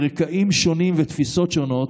מרקעים שונים ותפיסות שונות,